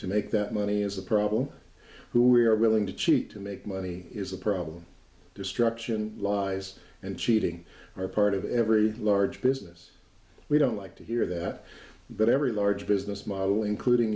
to make that money is a problem who we are willing to cheat to make money is a problem destruction lies and cheating are part of every large business we don't like to hear that but every large business model including